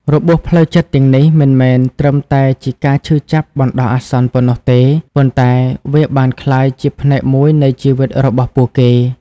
របួសផ្លូវចិត្តទាំងនេះមិនមែនត្រឹមតែជាការឈឺចាប់បណ្តោះអាសន្ននោះទេ ប៉ុន្តែវាបានក្លាយជាផ្នែកមួយនៃជីវិតរបស់ពួកគេ។